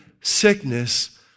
sickness